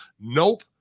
Nope